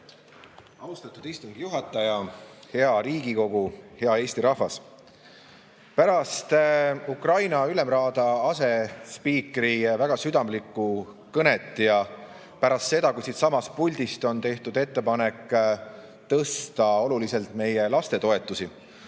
Austatud istungi juhataja! Hea Riigikogu! Hea Eesti rahvas! Pärast Ukraina ülemraada asespiikri väga südamlikku kõnet ja pärast seda, kui siitsamast puldist on tehtud ettepanek tõsta oluliselt meie lastetoetusi,